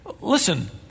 Listen